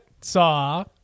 saw